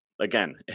again